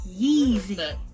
Yeezy